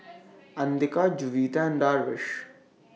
Andika Juwita and Darwish